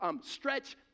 stretch